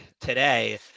today